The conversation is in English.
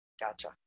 Gotcha